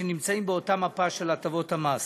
שהם נמצאים באותה מפה של הטבות המס,